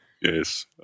yes